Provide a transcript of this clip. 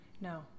No